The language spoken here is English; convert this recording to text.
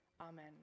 Amen